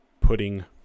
putting